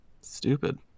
stupid